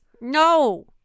no